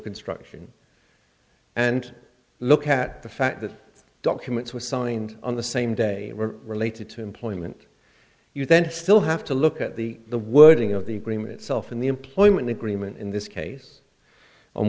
construction and look at the fact that documents were signed on the same day were related to employment you then still have to look at the the wording of the agreement itself in the employment agreement in this case